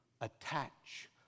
attach